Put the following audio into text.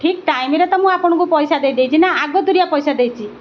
ଠିକ୍ ଟାଇମ୍ରେ ତ ମୁଁ ଆପଣଙ୍କୁ ପଇସା ଦେଇ ଦେଇଛି ନା ଆଗତୁରିଆ ପଇସା ଦେଇଛି